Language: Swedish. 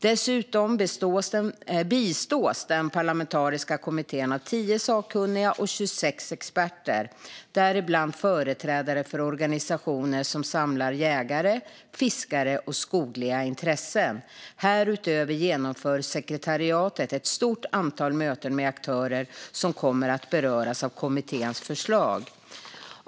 Dessutom bistås den parlamentariska kommittén av 10 sakkunniga och 26 experter, däribland företrädare för organisationer som samlar jägare, fiskare och skogliga intressen. Härutöver genomför sekretariatet ett stort antal möten med aktörer som kommer att beröras av kommitténs förslag.